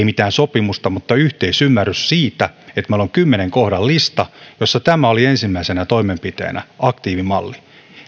mitään sopimusta mutta yhteisymmärryksen siitä että meillä on kymmenen kohdan lista ja siinä tämä oli ensimmäisenä toimenpiteenä aktiivimalli